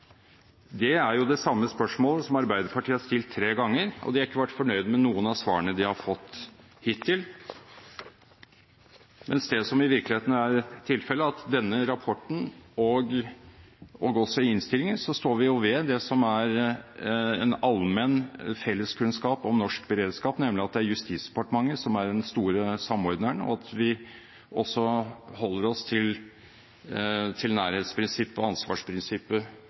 Det er jo det samme spørsmålet som Arbeiderpartiet har stilt tre ganger, og de har ikke vært fornøyd med noen av svarene de har fått hittil, mens det som i virkeligheten er tilfellet, er at i denne rapporten og også i innstillingen, så står vi jo ved det som er allmenn felleskunnskap om norsk beredskap, nemlig at det er Justisdepartementet som er den store samordneren, og at vi også holder oss til at nærhetsprinsippet og ansvarsprinsippet